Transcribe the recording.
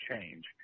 change